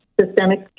systemic